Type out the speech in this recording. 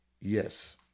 yes